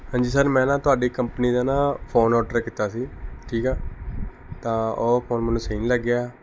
ਹਾਂਜੀ ਸਰ ਮੈਂ ਨਾ ਤੁਹਾਡੀ ਕੰਪਨੀ ਦਾ ਨਾ ਫ਼ੋਨ ਆਰਡਰ ਕੀਤਾ ਸੀ ਠੀਕ ਆ ਤਾਂ ਉਹ ਫ਼ੋਨ ਮੈਨੂੰ ਸਹੀ ਨਹੀਂ ਲੱਗਿਆ